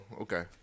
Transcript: okay